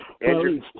Andrew